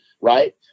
right